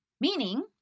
Meaning